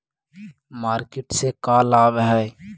Market से का लाभ है?